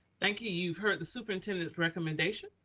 thank you. you've heard the superintendent recommendation.